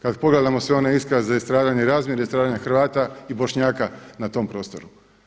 Kad pogledamo sve one iskaze, stradanja, i razmjera stradanja Hrvata i Bošnjaka na tom prostoru.